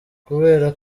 kubera